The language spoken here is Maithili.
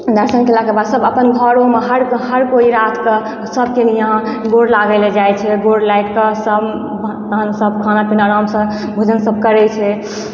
दर्शन केलाक बाद सब अपन घरो मे हर कोई राति के सबके यहाँ गोर लागै लए जाइ छै गोर लागि के सब खाना पीना आराम से भोजन सब करै छै